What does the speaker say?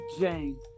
Jane